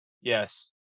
yes